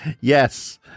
Yes